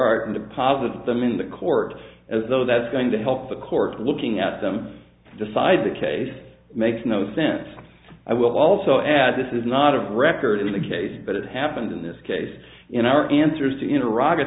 art and positive them in the court as though that's going to help the court looking at them decide the case makes no sense i will also add this is not of record in the case but it happens in this case in our answers to inter